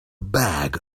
bag